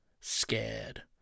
scared